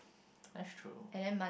that's true